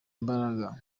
imbaraga